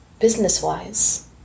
business-wise